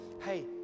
hey